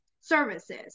services